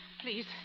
please